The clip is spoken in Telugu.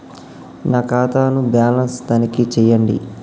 నా ఖాతా ను బ్యాలన్స్ తనిఖీ చేయండి?